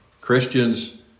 Christians